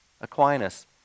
Aquinas